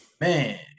Man